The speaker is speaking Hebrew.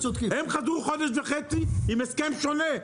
הם חזרו חודש וחצי עם הסכם שונה.